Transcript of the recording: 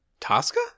Tosca